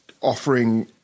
offering